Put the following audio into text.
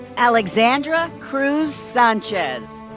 alexandra cruz sanchez.